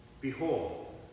Behold